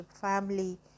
family